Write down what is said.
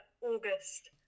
August